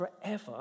forever